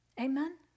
Amen